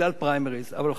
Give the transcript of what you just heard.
אבל מאחר שאני מכירך,